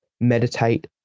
meditate